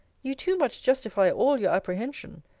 you too much justify all your apprehension.